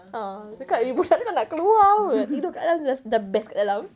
a'ah lepas tu cakap eh budak ni tak nak keluar kot tidur dekat dalam dah dah best dekat dalam